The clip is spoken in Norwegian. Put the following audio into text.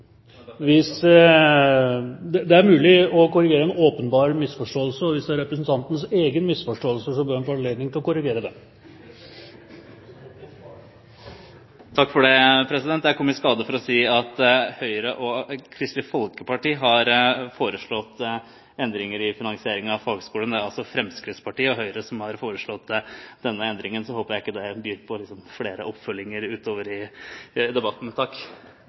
Det er mulig å korrigere en åpenbar misforståelse, og hvis det er representantens egen misforståelse, bør han få anledning til å korrigere den. Takk for det, president. Jeg kom i skade for å si at Høyre og Kristelig Folkeparti har foreslått endringer i finansieringen av fagskolene. Det er altså Fremskrittspartiet og Høyre som har foreslått denne endringen. Så håper jeg det ikke byr på flere oppfølginger utover i debatten.